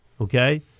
okay